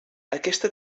aquesta